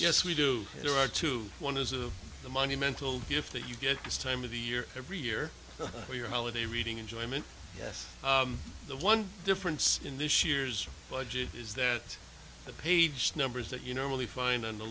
yes we do there are two one is of the money mental gifts that you get this time of the year every year for your holiday reading enjoyment yes the one difference in this year's budget is that the page numbers that you normally find on the